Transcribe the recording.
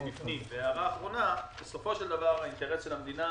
הערה אחרונה, בסופו של דבר, האינטרס של המדינה